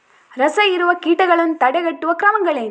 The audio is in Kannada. ರಸಹೀರುವ ಕೀಟಗಳನ್ನು ತಡೆಗಟ್ಟುವ ಕ್ರಮಗಳೇನು?